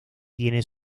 tiene